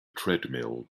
treadmill